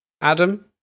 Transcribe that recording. Adam